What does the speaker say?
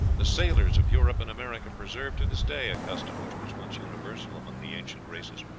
the sailors of europe and america preserve to this day a custom which was once universal among the ancient races.